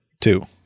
Two